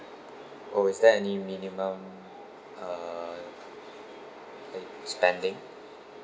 oh is there any minimum uh spending